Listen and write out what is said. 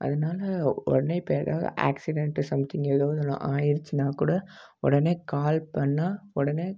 அதனால உடனே இப்போ எதாவது ஆக்சிடென்ட் சம்திங் எதோ ஒன்று ஆயிடிச்சின்னா கூட உடனே கால் பண்ணா உடனே